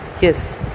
yes